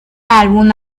álbum